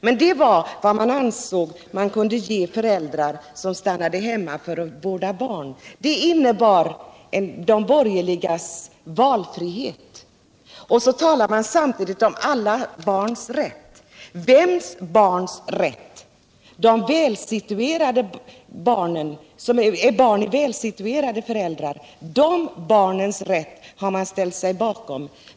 Men det var vad man ansåg att man kunde ge föräldrar som stannar hemma för att vårda barn. Det innebar de borgerligas valfrihet. Man talar samtidigt om alla barns rätt. Vems barns rätt? Jo, de välsituerade föräldrarnas barns. De barnens rätt har man ställt sig bakom.